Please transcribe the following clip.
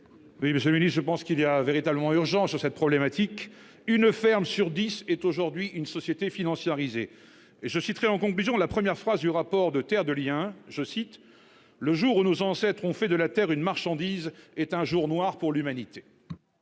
Oui, monsieur le Ministre, je pense qu'il y a véritablement urgence à cette problématique, une ferme sur 10 est aujourd'hui une société financiarisé et je souhaiterais en conclusion, la première phrase du rapport de Terre de Liens je cite le jour où nos ancêtre s'ont fait de la terre une marchandise est un jour noir pour l'humanité.